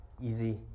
easy